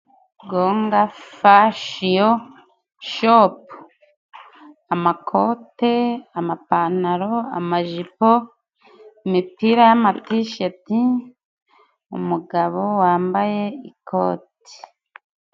Gombwa fashiyo shopu. Amakote, amapantaro, amajipo, imipira y'amatisheti, umugabo wambaye ikoti.